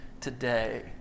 today